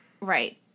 right